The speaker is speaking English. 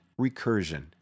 recursion